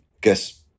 guess